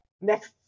next